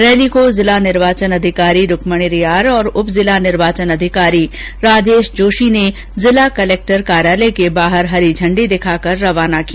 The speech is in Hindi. रैली को जिला निर्वाचन अधिकारी रूकमणी रियार और उप जिला निर्वाचन अधिकारी राजेश जोशी ने जिला कलेक्टर कार्यालय के बाहर हरी झंडी दिखाकर रवाना किया